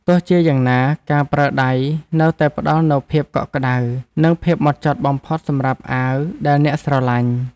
ទោះជាយ៉ាងណាការប្រើដៃនៅតែផ្តល់នូវភាពកក់ក្តៅ និងភាពហ្មត់ចត់បំផុតសម្រាប់អាវដែលអ្នកស្រឡាញ់។